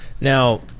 now